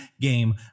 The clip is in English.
game